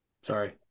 Sorry